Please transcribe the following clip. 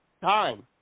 Time